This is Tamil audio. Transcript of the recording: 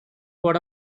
போட